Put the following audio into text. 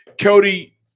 Cody